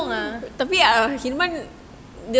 satu bumbung ah